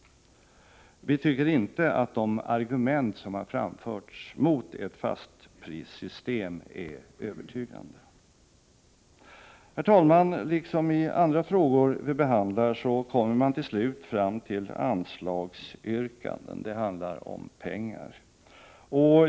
Vi tycker inte att de argument som har framförts mot ett fastprissystem är övertygande. Herr talman! Liksom i andra frågor vi behandlar kommer vi till slut fram till anslagsyrkanden — det handlar om pengar.